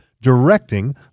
directing